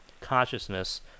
consciousness